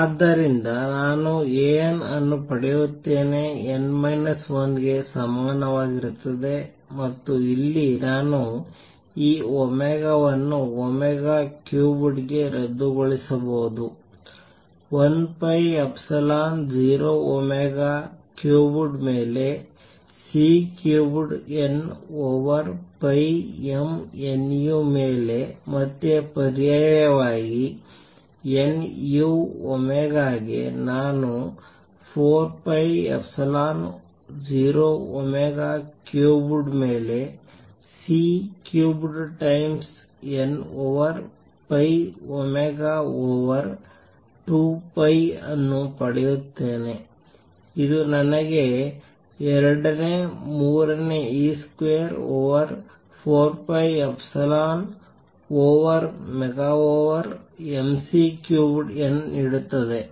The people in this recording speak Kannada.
ಆದ್ದರಿಂದ ನಾನು A n ಅನ್ನು ಪಡೆಯುತ್ತೇನೆ n ಮೈನಸ್ 1 ಗೆ ಸಮನಾಗಿರುತ್ತದೆ ಮತ್ತು ಇಲ್ಲಿ ನಾನು ಈ ಒಮೆಗಾವನ್ನು ಒಮೆಗಾ ಕ್ಯೂಬ್ಡ್ ಗೆ ರದ್ದುಗೊಳಿಸಬಹುದು 1 pi ಇಪ್ಸಿಲಾನ್ 0 ಒಮೆಗಾ ಕ್ಯೂಬ್ಡ್ ಮೇಲೆ C cubed n over pi m nu ಮೇಲೆ ಮತ್ತೆ ಪರ್ಯಾಯವಾಗಿ nu ಒಮೆಗಾಗೆ ನಾನು 4 pi ಎಪ್ಸಿಲಾನ್ 0 ಒಮೆಗಾ ಕ್ಯೂಬ್ಡ್ ಮೇಲೆ C cubed times n over pi omega over 2 pi ಅನ್ನು ಪಡೆಯುತ್ತೇನೆ ಇದು ನನಗೆ 2 ನೇ ಮೂರು e square over 4 pi epsilon 0 omega over m C cubed n ನೀಡುತ್ತದೆ